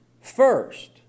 First